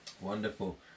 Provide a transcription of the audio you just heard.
Wonderful